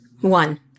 one